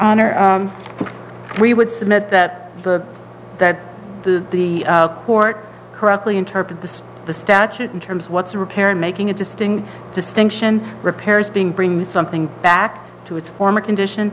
honor we would submit that the that the the court correctly interpret this the statute in terms what's repairing making a distinct distinction repairs being bring something back to its former condition